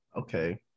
Okay